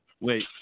Wait